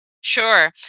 Sure